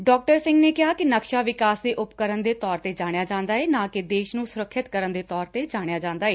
ਡਾ ਸਿੰਘ ਨੇ ਕਿਹਾ ਕਿ ਨਕਸ਼ਾ ਵਿਕਾਸ ਦੇ ਉਪਕਰਨ ਦੇ ਤੌਰ ਤੇ ਜਾਣਿਆ ਜਾਂਦਾ ਏ ਨਾਂ ਕਿ ਦੇਸ਼ ਨੂੰ ਸੁਰੱਖਿਅਤ ਕਰਨ ਦੇ ਤੌਰ ਤੇ ਜਾਣਿਆ ਜਾਂਦਾ ਏ